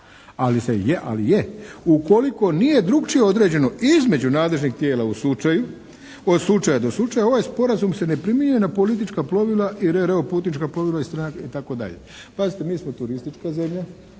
iznimka ali je. Ukoliko nije drukčije određeno između nadležnih tijela u slučaju, od slučaja do slučaja ovaj sporazum se ne primjenjuje na politička plovila i …/Govornik se ne razumije./… putnička plovila itd. Pazite, mi smo turistička zemlja